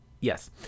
Yes